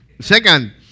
Second